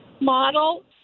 model